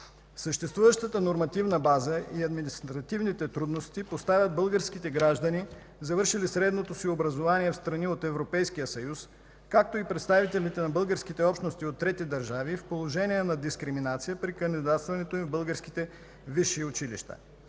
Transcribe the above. съществуващата нормативна база и административните трудности поставят българските граждани, завършили средното си образование в страни от Европейския съюз, както и представители на българските общности от трети държави в положение на дискриминация при кандидатстването им в българските висши училища.